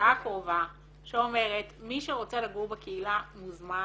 בשעה הקרובה שאומרת, מי שרוצה לגור בקהילה מוזמן